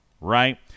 right